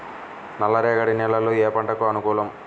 నల్ల రేగడి నేలలు ఏ పంటకు అనుకూలం?